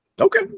Okay